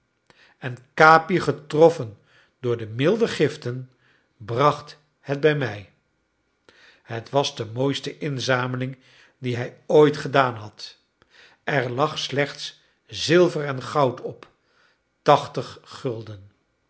en capi getroffen door de milde giften bracht het bij mij het was de mooiste inzameling die hij ooit gedaan had er lag slechts zilver en goud op tachtig gulden